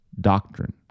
doctrine